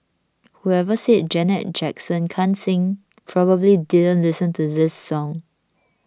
whoever said Janet Jackson can't sing probably didn't listen to this song